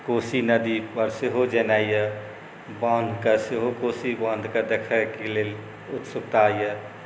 कोशी नदीपर सेहो जेनाइ अइ बान्हके सेहो कोशी बान्हके सेहो देखैके लेल उत्सुकता अइ